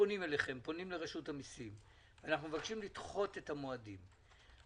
פונים לרשות המיסים ומבקשים לדחות את המועדים.